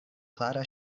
klara